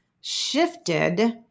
shifted